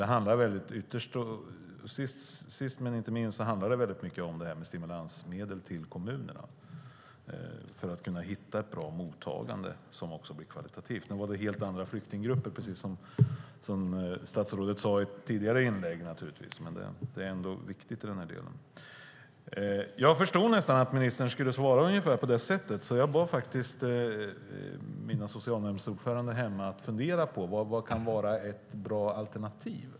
Det handlar sist men inte minst väldigt mycket om stimulansmedel till kommunerna för att de ska kunna hitta ett bra mottagande som också blir kvalitativt. Nu var det naturligtvis helt andra flyktinggrupper, precis som statsrådet sade i ett tidigare inlägg, men det är ändå viktigt i den här delen. Jag förstod nästan att ministern skulle svara ungefär på detta sätt, så jag bad faktiskt mina socialnämndsordföranden där hemma att fundera på vad som skulle kunna vara ett bra alternativ.